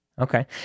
Okay